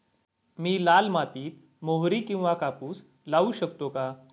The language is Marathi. मी लाल मातीत मोहरी किंवा कापूस लावू शकतो का?